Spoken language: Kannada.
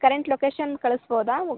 current location ಕಳಿಸ್ಬೋದಾ